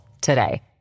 today